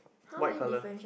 white color